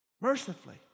Mercifully